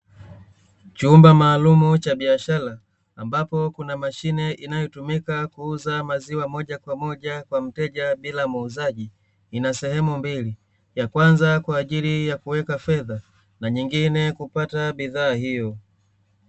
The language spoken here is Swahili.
Chumba maalumu cha biashara ambapo kuna mashine inayotumika kuuza maziwa moja kwa moja kwa mteja bila muuzaji, ina sehemu mbili ya kwanza kwa ajili ya kuweka fedha na nyingine kupata bidhaa hiyo.